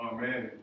Amen